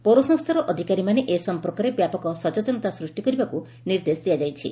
ପୌରସଂସ୍କାର ଅଧିକାରୀମାନେ ଏ ସମ୍ପର୍କରେ ବ୍ୟାପକ ସଚେତନତା ସୂଷ୍ କରିବାକୁ ନିର୍ଦ୍ଦେଶ ଦିଆଯାଇଛି